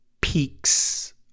peaks